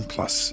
Plus